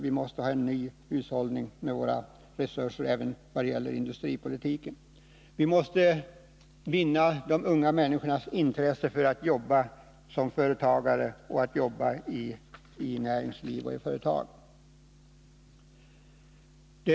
Vi måste vidare få en bättre hushållning med våra resurser även vad gäller industripolitiken. Vi måste vinna de unga människornas intresse för att etablera sig som företagare och för att jobba i näringsliv och i företag.